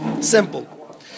Simple